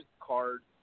card